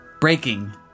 Breaking